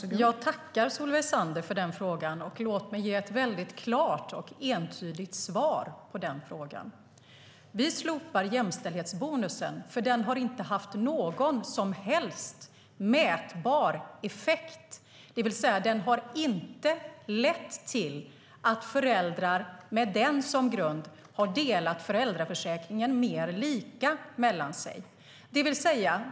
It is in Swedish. Fru talman! Jag tackar Solveig Zander för den frågan. Låt mig ge ett mycket klart och entydigt svar på den frågan. Vi slopar jämställdhetsbonusen eftersom den inte har haft någon som helst mätbar effekt, det vill säga att den inte har lett till att föräldrar med den som grund har delat föräldraförsäkringen mer lika mellan sig.